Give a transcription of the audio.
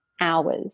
hours